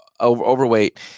overweight